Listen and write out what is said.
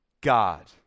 God